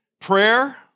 prayer